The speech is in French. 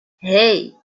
hey